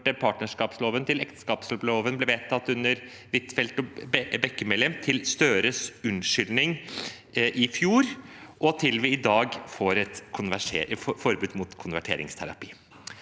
partnerskapsloven. Ekteskapsloven ble vedtatt under Huitfeldt og Bekkemellem, Støre ba om unnskyldning i fjor, og i dag får vi et forbud mot konverteringsterapi.